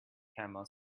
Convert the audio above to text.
camel